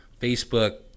Facebook